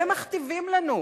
ומכתיבים לנו.